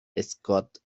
scott